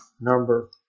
Number